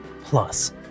Plus